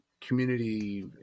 community